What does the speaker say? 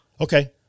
Okay